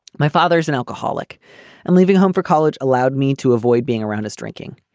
my father's an alcoholic and leaving home for college allowed me to avoid being around us drinking.